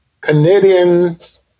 Canadians